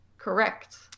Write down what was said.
Correct